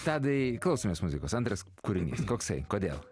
tadai klausomės muzikos antras kūrinys koksai kodėl